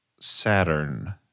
Saturn